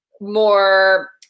more